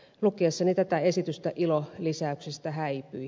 lukiessani tätä esitystä ilo lisäyksestä häipyi